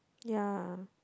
ya